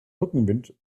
rückenwind